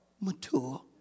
mature